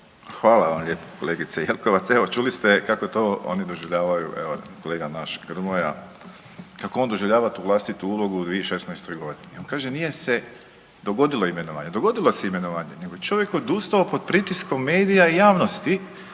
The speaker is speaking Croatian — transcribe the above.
Hvala vam lijepo kolegice Jelkovac. Evo čuli ste kako to oni doživljavaju. Evo kolega naš Grmoja kako on doživljava tu vlastitu ulogu u 2016.g., on kaže nije se dogodilo imenovanje. Dogodilo se imenovanje, nego čovjek je odustao pod pritiskom medija i javnosti